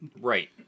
Right